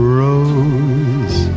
rose